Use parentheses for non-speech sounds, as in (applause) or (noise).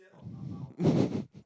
(breath) (laughs)